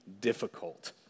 difficult